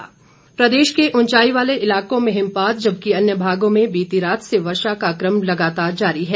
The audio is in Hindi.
मौसम प्रदेश के ऊंचाई वाले इलाकों में हिमपात जबकि अन्य भागों में बीती रात से वर्षा का क्रम लगातार जारी है